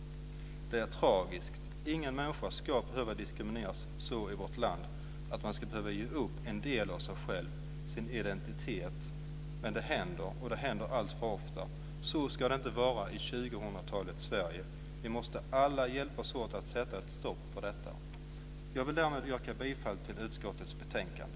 Det är tragiskt. Ingen människa ska behöva diskrimineras så i vårt land att man ska behöva ge upp en del av sig själv, sin identitet. Men det händer och det händer alltför ofta. Så ska det inte vara i 2000-talets Sverige. Vi måste alla hjälpas åt att sätta stopp för detta. Jag vill därmed yrka bifall till förslagen i utskottets betänkande.